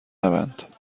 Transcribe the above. نبند